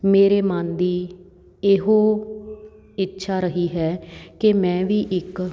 ਮੇਰੇ ਮਨ ਦੀ ਇਹੋ ਇੱਛਾ ਰਹੀ ਹੈ ਕਿ ਮੈਂ ਵੀ ਇੱਕ